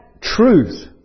truth